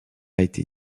été